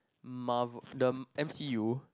Marvel the M_C_U